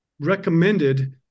recommended